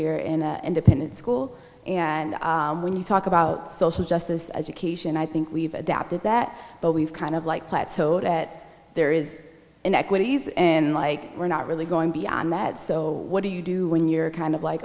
here and independent school and when you talk about social justice education i think we've adapted that but we've kind of like plateaued at there is in equities and like we're not really going beyond that so what do you do when you're kind of like